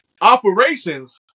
operations